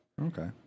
Okay